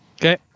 Okay